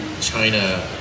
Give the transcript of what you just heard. China